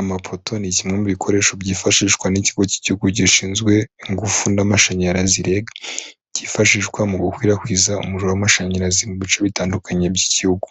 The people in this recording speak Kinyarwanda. Amapoto ni kimwe mu bikoresho byifashishwa n'ikigo cy'igihugu gishinzwe ingufu n'amashanyarazi REG, cyifashishwa mu gukwirakwiza umuriro w'amashanyarazi mu bice bitandukanye by'igihugu.